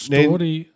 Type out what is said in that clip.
Story